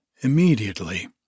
Immediately